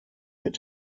mit